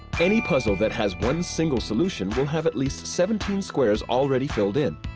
any puzzle that has one single solution will have at least seventeen squares already filled in.